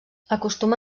acostuma